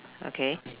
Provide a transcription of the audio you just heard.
okay